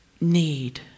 need